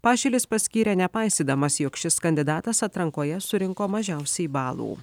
pašilis paskyrė nepaisydamas jog šis kandidatas atrankoje surinko mažiausiai balų